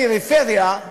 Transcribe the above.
פריפריה,